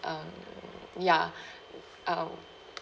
um ya uh